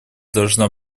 должна